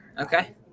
Okay